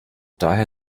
daher